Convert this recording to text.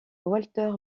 walter